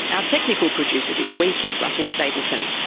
our technical producer this week is russell stapleton.